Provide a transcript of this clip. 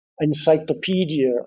encyclopedia